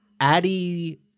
Addie